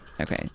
Okay